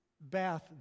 bath